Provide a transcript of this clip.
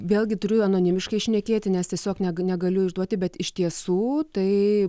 vėlgi turiu anonimiškai šnekėti nes tiesiog negaliu išduoti bet iš tiesų tai